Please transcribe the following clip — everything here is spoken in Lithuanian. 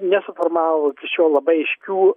nesuformavo iki šiol labai aiškių